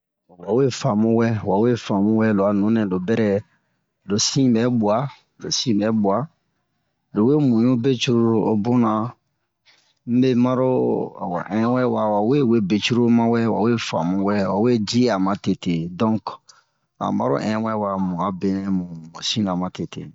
wa wee faamu wɛ wa wee faamu wɛ lo a nunɛ lo bɛrɛ lo sin ɓɛ ɓwa lo sin ɓɛ ɓwa lo wee muɲu be curulu ho bunna me maro awa in wɛwa wa we wee be curulu mawɛ wa wee ci'a matete donk an maro in wɛwa mu a benɛ mu sinna matete